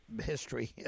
history